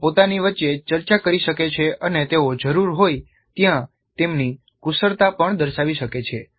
તેઓ પોતાની વચ્ચે ચર્ચા કરી શકે છે અને તેઓ જરૂર હોય ત્યાં તેમની કુશળતા પણ દર્શાવી શકે છે